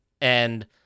and-